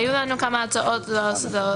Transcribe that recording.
היו לנו כמה הצעות לתקן,